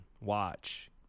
watch